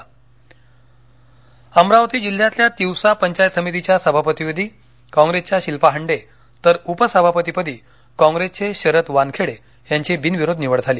पंचायत समिती अमरावती अमरावती जिल्ह्यातल्या तिवसा पंचायत समितीच्या सभापतीपदी कॉप्रेसच्या शिल्पा हांडे तर उपसभापतीपदी कॉंग्रेसचे शरद वानखेडे यांची बिनविरोध निवड झाली